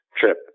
trip